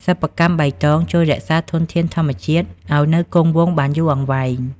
សិប្បកម្មបៃតងជួយរក្សាធនធានធម្មជាតិឱ្យនៅគង់វង្សបានយូរអង្វែង។